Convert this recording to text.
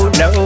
no